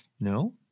no